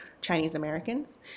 Chinese-Americans